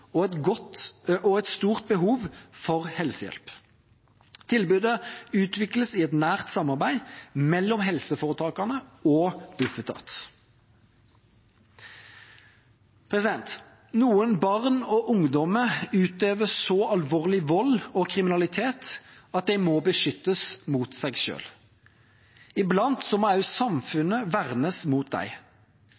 helsehjelp. Tilbudet utvikles i et nært samarbeid mellom helseforetakene og Bufetat. Noen barn og ungdommer utøver så alvorlig vold og kriminalitet at de må beskyttes mot seg selv. Iblant må